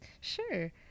sure